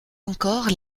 encore